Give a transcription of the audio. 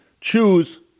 choose